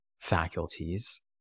faculties